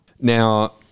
Now